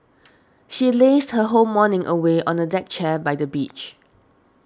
she lazed her whole morning away on a deck chair by the beach